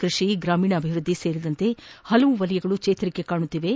ಕೃಷಿ ಗ್ರಾಮೀಣಾಭಿವೃದ್ಧಿ ಸೇರಿದಂತೆ ಪಲವು ವಲಯಗಳು ಚೇತರಿಕೆ ಕಾಣುತ್ತಿದ್ದು